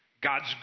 God's